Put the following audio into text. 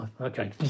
okay